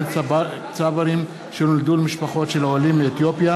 צברים שנולדו למשפחות של עולים מאתיופיה,